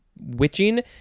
witching